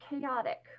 chaotic